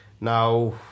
Now